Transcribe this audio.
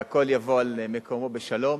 והכול יבוא על מקומו בשלום.